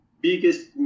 biggest